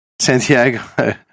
Santiago